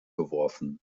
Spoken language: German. geworfen